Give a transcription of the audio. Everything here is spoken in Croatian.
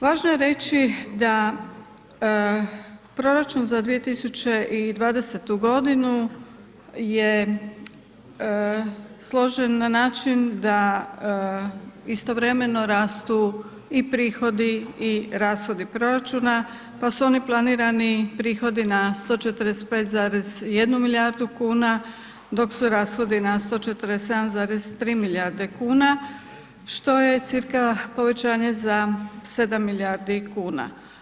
Važno je reći da proračun za 2020. godinu je složen na način da istovremeno rastu i prihodi i rashodi proračuna pa su oni planirani prihodi na 145,1 milijardu kuna dok su rashodi na 147,3 milijarde kuna što je cca povećanje za 7 milijardi kuna.